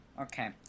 Okay